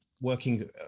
working